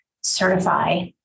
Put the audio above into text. certify